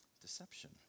deception